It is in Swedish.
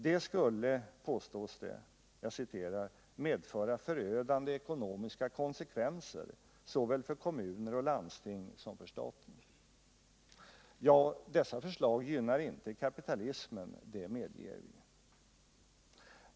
De skulle, påstås det, ”medföra förödande ekonomiska konsekvenser såväl för kommuner och landsting som för staten”. Ja, dessa förslag gynnar inte kapitalismen — det medger vi.